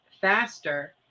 faster